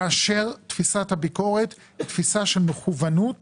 כאשר תפיסת הביקורת היא תפיסה של מכוונוּת